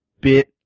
bit